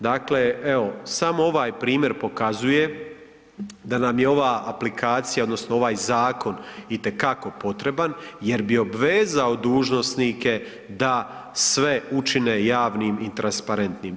Dakle, evo samo ovaj primjer pokazuje da nam je ova aplikacija odnosno ovaj zakon itekako potreban jer bi obvezao dužnosnike da sve učine javnim i transparentnim.